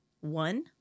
one